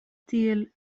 tiel